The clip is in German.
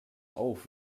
auf